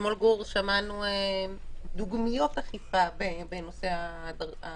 אתמול, גור, שמענו דוגמיות אכיפה בנושא הדרכון